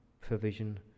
provision